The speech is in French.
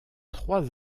trois